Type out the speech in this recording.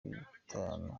bitanu